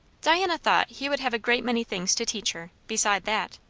diana thought he would have a great many things to teach her, beside that.